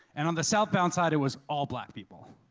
and on the southbound side, it was all black people.